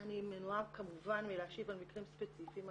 אני מנועה, כמובן, מלהשיב על מקרים ספציפיים.